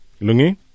Lungi